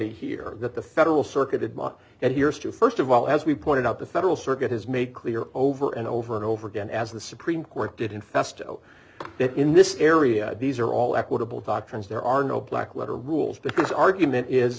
here that the federal circuit did not and here is to st of all as we pointed out the federal circuit has made clear over and over and over again as the supreme court did infest that in this area these are all equitable doctrines there are no black letter rules because argument is